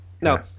no